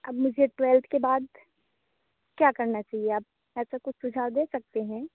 अब मुझे ट्वेल्थ के बाद क्या करना चाहिए आप ऐसा कुछ सुझाव दे सकते हैं